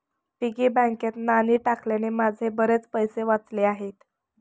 piggy बँकेत नाणी टाकल्याने माझे बरेच पैसे वाचले आहेत